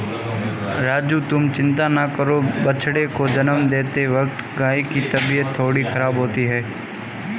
राजू तुम चिंता ना करो बछड़े को जन्म देते वक्त गाय की तबीयत थोड़ी खराब होती ही है